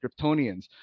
Kryptonians